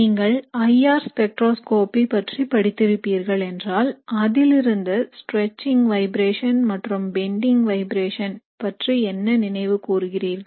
நீங்கள் IR spectroscopy பற்றி படித்திருப்பீர்கள் என்றால் அதிலிருந்து ஸ்ட்ரெச்சிங் வைப்ரேஷன் மற்றும் பெண்டிங் வைப்ரேஷன் பற்றி என்ன நினைவு கூறுகிறீர்கள்